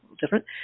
different